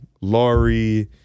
Laurie